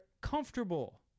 comfortable